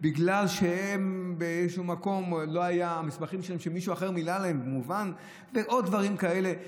בגלל המסמכים שמישהו אחר מילא להם ועוד דברים כאלה.